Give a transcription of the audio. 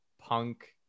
punk